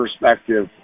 perspective